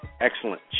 excellent